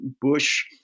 Bush